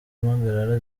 impagarara